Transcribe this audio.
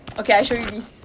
okay I show you this